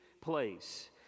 place